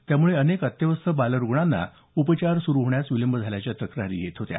त्यामुळे अनेक अत्यवस्थ बाल रुग्णांना उपचार सुरु होण्यास विलंब झाल्याच्या तक्रारी येत होत्या